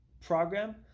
program